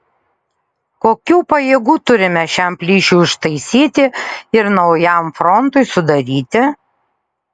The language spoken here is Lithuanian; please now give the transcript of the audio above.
kokių pajėgų turime šiam plyšiui užtaisyti ir naujam frontui sudaryti